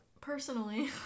personally